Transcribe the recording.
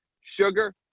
Sugar